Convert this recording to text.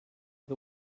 the